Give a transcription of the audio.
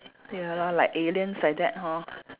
ya lor like aliens like that hor